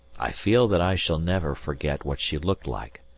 i feel that i shall never forget what she looked like,